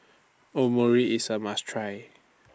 Omurice IS A must Try